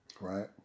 Right